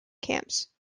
camps